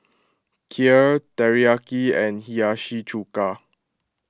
Kheer Teriyaki and Hiyashi Chuka